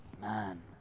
man